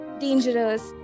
dangerous